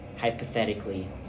hypothetically